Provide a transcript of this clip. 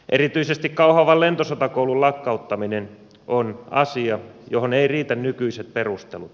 erityisesti kauhavan lentosotakoulun lakkauttaminen on asia johon eivät riitä nykyiset perustelut